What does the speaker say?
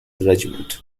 regiment